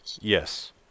Yes